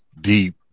deep